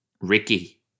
Ricky